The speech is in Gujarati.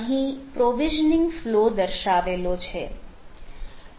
અહીં પ્રોવિઝનિંગ ફ઼લો દર્શાવેલો છે